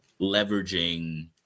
leveraging –